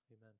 Amen